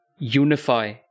unify